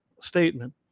statement